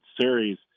series